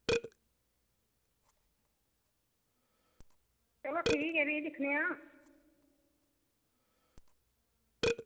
चलो ठीक ऐ फ्ही दिक्खनेआं